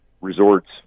resorts